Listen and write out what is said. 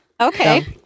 okay